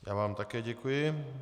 Já vám také děkuji.